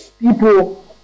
people